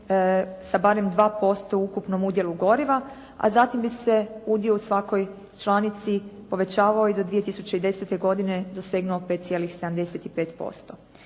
sa barem 2% u ukupnom udjelu goriva, a zatim bi se udio u svakoj članici povećavao i do 2010. godine dosegnuo 5,75%.